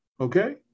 Okay